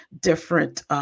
different